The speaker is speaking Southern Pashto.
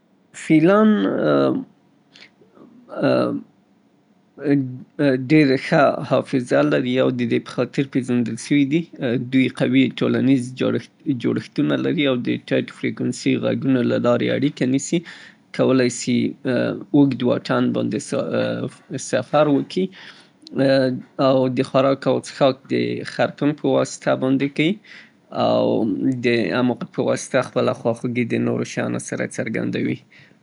فيلان ډېره ښه حافظه لري او د دې په خاطر پېزندل سوي دي. دوی قوي قوي ټولنيز جوړښتونه لري او د ټيټ فريکونسي غږونو له لارې اړيکه نيسي، کولای سي په اوږد واټن باندې سفر وکړي او د خوراک او څښاک د خرطوم په واسطه باندې کيي او د همغو په واسطه خپله خواخوږي د نورو شيانو سره څرګندوي.